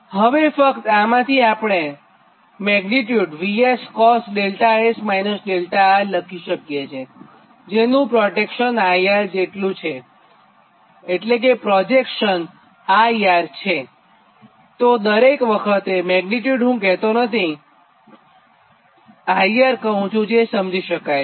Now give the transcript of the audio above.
હવે ફક્ત આમાંથી આપણે મેગ્નીટ્યુડ 𝑉𝑆cos 𝛿𝑆 − 𝛿𝑅 લખી શકીએ છીએ જેનું પ્રોજેક્શન IR જેટલો છે તો દરેક વખતે જ્યારે હું મેગ્નીટ્યુડ કહેતો નથી IR કહું છુંજે સમજી શકાય છે